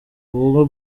ubwo